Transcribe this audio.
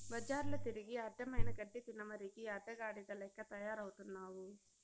బజార్ల తిరిగి అడ్డమైన గడ్డి తినమరిగి అడ్డగాడిద లెక్క తయారవుతున్నావు